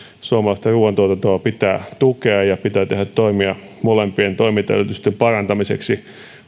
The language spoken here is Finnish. suomalaista ruuantuotantoa pitää tukea ja pitää tehdä toimia molempien toimintaedellytysten parantamiseksi